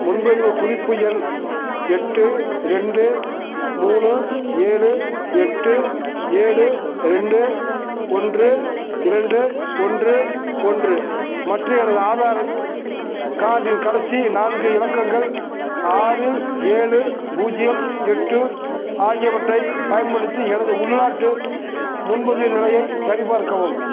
முன்பதிவுக் குறிப்பு எண் எட்டு ரெண்டு மூணு ஏழு எட்டு ஏழு ரெண்டு ஒன்று இரண்டு ஒன்று ஒன்று மற்றும் எனது ஆதார் கார்டின் கடைசி நான்கு இலக்கங்கள் ஆறு ஏழு பூஜ்ஜியம் எட்டு ஆகியவற்றைப் பயன்படுத்தி எனது உள்நாட்டு முன்பதிவின் நிலையைச் சரிபார்க்கவும்